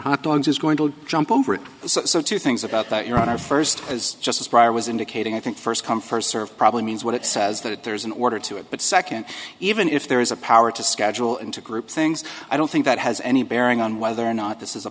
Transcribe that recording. hot dogs is going to jump over it so two things about that iran are first is just as briar was indicating i think first come first serve probably means what it says that there's an order to it but second even if there is a power to schedule into group things i don't think that has any bearing on whether or not this is a